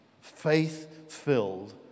faith-filled